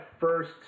first